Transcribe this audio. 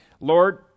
Lord